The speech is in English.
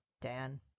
Dan